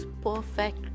perfect